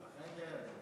אכן כן.